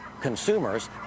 consumers